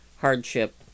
hardship